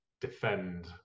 defend